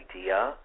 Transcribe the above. idea